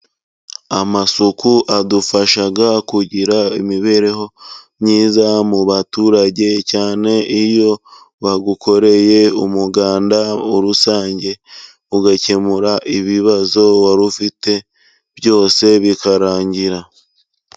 Amasuku adufasha kugira imibereho myiza mu baturage cyane iyo wayakoreye umuganda rusange ugakemura ibibazo wari ufite byose bikarangira.